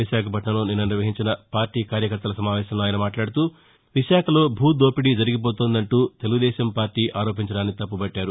విశాఖపట్నంలో నిన్న నిర్వహించిన పార్లీ కార్యకర్తల సమావేశంలో ఆయన మాట్లాడుతూ విశాఖలో భూ దోపిడీ జరిగిపోతోందని తెలుగుదేశం ఆరోపించడాన్ని తప్పుబట్టారు